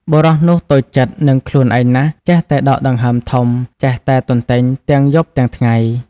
បុរសនោះតូចចិត្ដ និងខ្លួនឯងណាស់ចេះតែដកដង្ហើមធំ ចេះតែទន្ទេញទាំង យប់ទាំងថ្ងៃ។